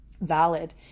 valid